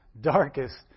darkest